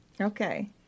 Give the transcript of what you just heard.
Okay